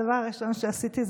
הדבר הראשון שעשיתי,